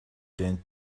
tend